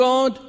God